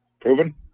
proven